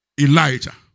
Elijah